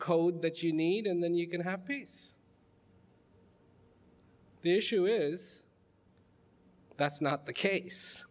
code that you need and then you can have peace the issue is that's not the case